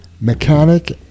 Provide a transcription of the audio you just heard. Mechanic